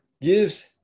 gives